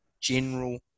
general